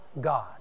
God